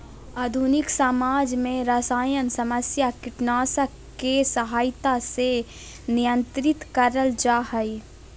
आधुनिक समाज में सरसायन समस्या कीटनाशक के सहायता से नियंत्रित करल जा हई